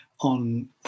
on